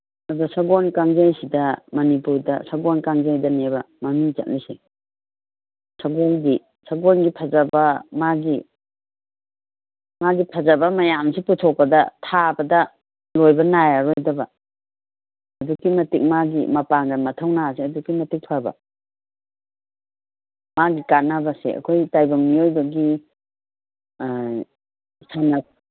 ꯑꯗꯣ ꯁꯒꯣꯟ ꯀꯥꯡꯖꯩꯁꯤꯗ ꯃꯅꯤꯄꯨꯔꯗ ꯁꯒꯣꯟ ꯀꯥꯡꯖꯩꯗꯅꯦꯕ ꯃꯃꯤꯡ ꯆꯠꯂꯤꯁꯦ ꯁꯒꯣꯟꯒꯤ ꯁꯒꯣꯟꯒꯤ ꯐꯖꯕ ꯃꯥꯒꯤ ꯃꯥꯒꯤ ꯐꯖꯕ ꯃꯌꯥꯝꯁꯤ ꯄꯨꯊꯣꯛꯄꯗꯊꯥꯕꯗ ꯂꯣꯏꯕ ꯅꯥꯏꯔꯔꯣꯏꯗꯕ ꯑꯗꯨꯛꯀꯤ ꯃꯇꯤꯛ ꯃꯥꯒꯤ ꯃꯄꯥꯡꯒꯟ ꯃꯊꯧꯅꯥꯁꯦ ꯑꯗꯨꯛꯛꯤ ꯃꯌꯤꯛ ꯐꯕ ꯃꯥꯒꯤ ꯀꯥꯅꯕꯁꯦ ꯑꯩꯈꯣꯏ ꯇꯥꯏꯕꯪ ꯃꯤꯑꯣꯏꯕꯒꯤ